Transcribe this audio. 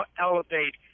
elevate